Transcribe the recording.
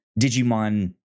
Digimon